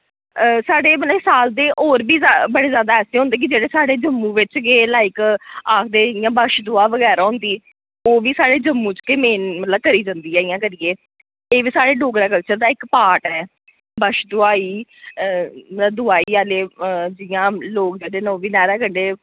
साढ़े मतलब साल दे और बी बड़े जैदा ऐसे होंदे कि जेह्ड़े साढ़े जम्मू विच गै लाइक आखदे जि'यां बच्छ दुआ वगैरा होंदी ओह् बी साढ़े जम्मू विच गै मेन मतलब करी जंदी ऐ इ'यां करियै एह् वी साढ़े डोगरा कल्चर दा इक पार्ट ऐ बच्छ दुआ होई दुआई आह्ले जि'यां लोक जेह्ड़े न ओह् वी नैह्रा कंडे